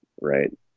right